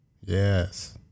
yes